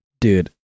dude